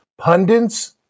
pundits